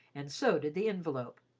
and so did the envelope.